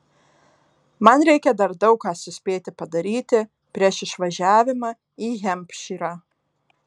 man reikia dar daug ką suspėti padaryti prieš išvažiavimą į hempšyrą